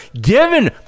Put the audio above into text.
given